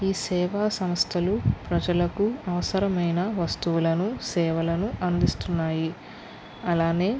ఈ సేవా సంస్థలు ప్రజలకు అవసరమైన వస్తువులను సేవలను అందిస్తున్నాయి అలానే